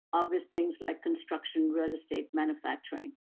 obvious things like construction, real estate, manufacturing,